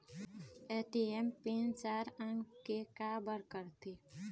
ATM PIN चार अंक के का बर करथे?